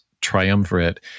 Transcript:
triumvirate